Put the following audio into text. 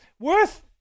Worth